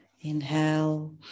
Inhale